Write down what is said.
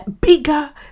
bigger